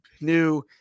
new